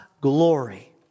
glory